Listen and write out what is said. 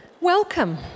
Welcome